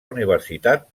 universitat